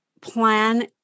plan